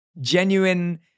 genuine